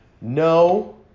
no